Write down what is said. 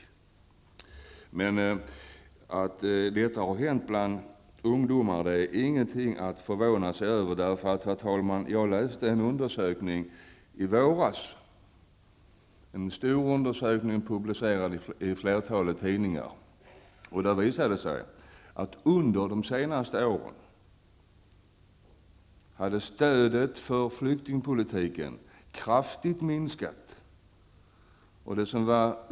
Nämnda iakttagelser vad gäller ungdomar är inget att förvånas över. I våras tog jag del av en stor undersökning publicerad i flertalet tidningar. Av denna undersökning framgår att stödet för flyktingpolitiken kraftigt har minskat under de senaste åren.